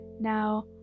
now